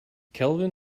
kelvin